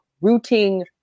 rooting